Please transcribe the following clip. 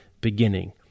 beginning